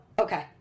okay